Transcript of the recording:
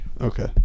Okay